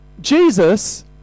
Jesus